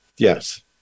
Yes